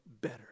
better